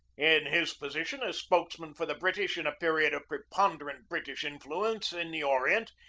in his position as spokesman for the british in a period of preponderant british influ ence in the orient,